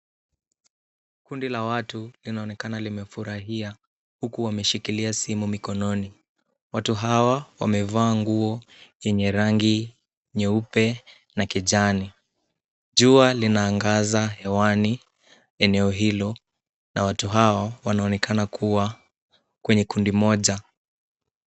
Kundi la watu inaonekana imefurahia huku wameshikilia simu mikononi. Watu hawa wamevaa nguo yenye rangi nyeupe na kijani. Jua linaangaza hewani eneo hilo na watu hawa wanaonekana kuwa kwenye kundi moja.